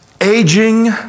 aging